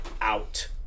out